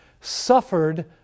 Suffered